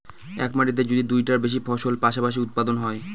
এক মাটিতে যদি দুইটার বেশি ফসল পাশাপাশি উৎপাদন হয়